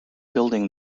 building